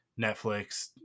Netflix